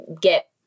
get